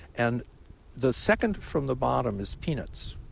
and the second from the bottom is peanuts